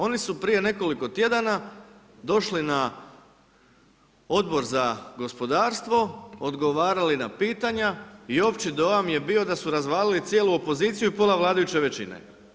Oni su prije nekoliko tjedana došli na Odbor za gospodarstvo, odgovarali na pitanja i opći dojam je bio da su razvalili cijelu opoziciju i pola vladajuće većine.